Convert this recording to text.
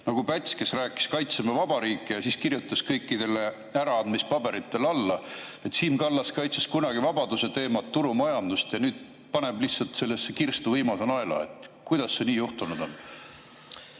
nagu Päts, kes rääkis, et kaitseme vabariiki, aga siis kirjutas kõikidele äraandmispaberitele alla. Siim Kallas kaitses kunagi vabaduse teemat, turumajandust, aga nüüd paneb lihtsalt sellesse kirstu viimase naela. Kuidas see nii juhtunud on?